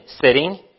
sitting